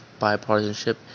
bipartisanship